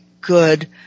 good